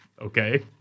Okay